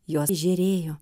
jos žėrėjo